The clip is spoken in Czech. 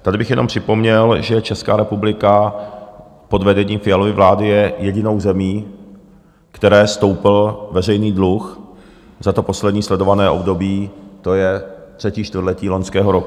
Tady bych jenom připomněl, že Česká republika pod vedením Fialovy vlády je jedinou zemí, které stoupl veřejný dluh za to poslední sledované období, to je třetí čtvrtletí loňského roku.